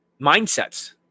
mindsets